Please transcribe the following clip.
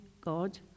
god